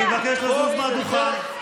חבר הכנסת אלהואשלה, אני מבקש לזוז מהדוכן.